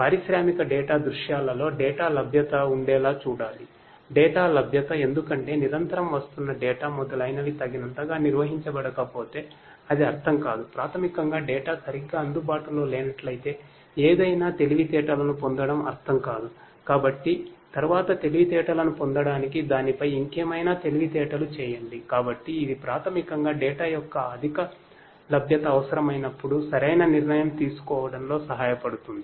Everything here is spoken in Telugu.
పారిశ్రామిక డేటా యొక్క అధిక లభ్యత అవసరమైనప్పుడు సరైన నిర్ణయం తీసుకోవడంలో సహాయపడుతుంది